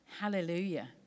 Hallelujah